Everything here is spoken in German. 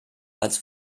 als